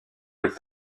avec